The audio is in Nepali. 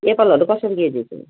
एप्पलहरू कसरी केजी छ